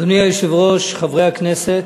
אדוני היושב-ראש, חברי הכנסת,